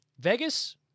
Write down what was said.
Vegas